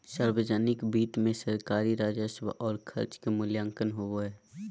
सावर्जनिक वित्त मे सरकारी राजस्व और खर्च के मूल्यांकन होवो हय